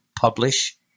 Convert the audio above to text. publish